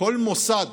כל מוסד